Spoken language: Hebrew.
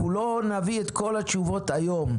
אנחנו לא נביא את כל התשובות היום,